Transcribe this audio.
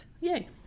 Yay